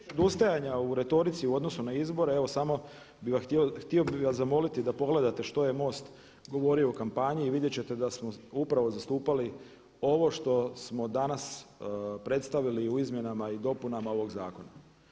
Što se tiče odustajanja u retorici u odnosu na izbore evo samo bi vas htio zamoliti da pogledate što je MOST govorio u kampanji i vidjet ćete da smo upravo zastupali ovo što smo danas predstavili u izmjenama i dopunama ovog zakona.